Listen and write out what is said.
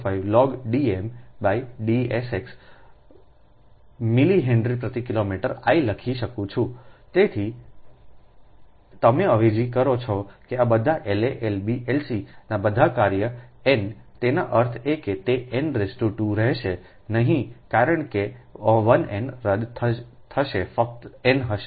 4605 log D m D sx millihenry પ્રતિ kilometre I લખી શકું છું તેથી અને તમે અવેજી કરો છો કે આ બધા La Lb Lc ના બધા કાર્ય એનતેનો અર્થ એ કે તે n 2 રહેશે નહીં કારણ કે 1 n રદ થશે ફક્ત n હશે